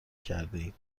کردهایم